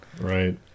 Right